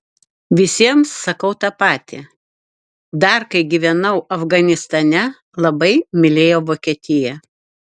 visiems sakau tą patį dar kai gyvenau afganistane labai mylėjau vokietiją